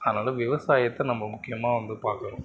அதனால் விவசாயத்தை நம்ம முக்கியமாக வந்து பார்க்குறோம்